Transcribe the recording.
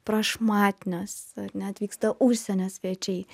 prašmatnios ar ne atvyksta užsienio svečiai